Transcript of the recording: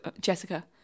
jessica